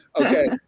Okay